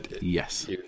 yes